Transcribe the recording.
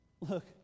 Look